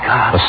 God